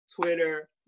Twitter